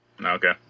Okay